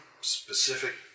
specific